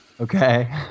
Okay